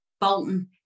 Bolton